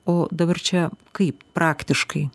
o dabar čia kaip praktiškai